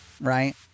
right